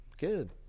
Good